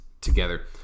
together